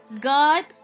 God